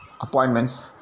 appointments